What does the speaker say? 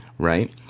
Right